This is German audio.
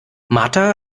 martha